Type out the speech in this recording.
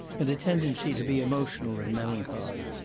and a tendency to be emotional and melancholy.